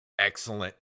Excellent